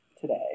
today